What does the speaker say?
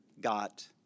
got